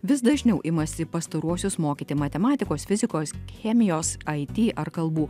vis dažniau imasi pastaruosius mokyti matematikos fizikos chemijos ai ti ar kalbų